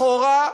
אחורה,